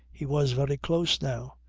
he was very close now.